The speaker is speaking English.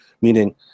meaning